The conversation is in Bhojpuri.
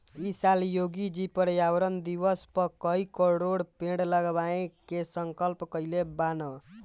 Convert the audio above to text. इ साल योगी जी पर्यावरण दिवस पअ कई करोड़ पेड़ लगावे के संकल्प कइले बानअ